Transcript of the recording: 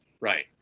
Right